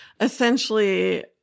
essentially